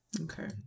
okay